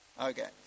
Okay